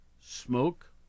smoke